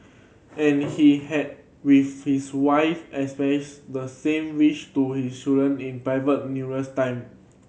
and he had with his wife expressed the same wish to his children in private numerous time